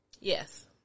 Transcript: Yes